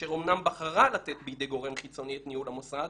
אשר אמנם בחרה לתת בידי גורם חיצוני את ניהול המוסד,